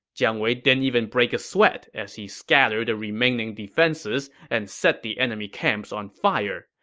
jiang wei didn't even break a sweat as he scattered the remaining defenses and set the enemy camps on fire.